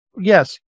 yes